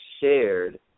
shared